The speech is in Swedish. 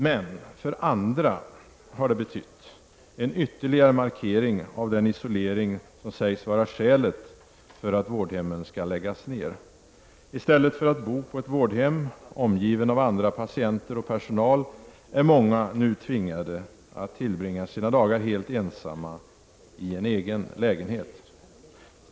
Men för andra har det betytt en ytterligare markering av den isolering som sägs vara skälet till att vårdhemmen skall läggas ned. I stället för att bo på ett vårdhem, omgivna av patienter och personal, är många nu tvingade att tillbringa sina dagar helt ensamma i en egen lägenhet.